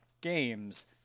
games